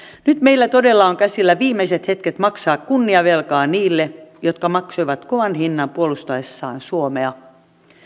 nyt meillä todella on käsillä viimeiset hetket maksaa kunniavelkaa niille jotka maksoivat kovan hinnan puolustaessaan suomea